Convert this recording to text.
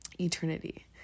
eternity